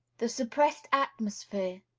the suppressed atmosphere,